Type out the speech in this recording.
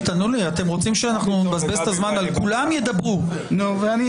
כולם ידברו.